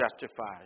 justifies